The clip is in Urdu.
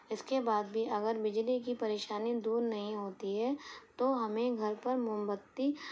اس کے بعد بھی اگر بجلی کی پریشانی دور نہیں ہوتی ہے تو ہمیں گھر پر موم بتی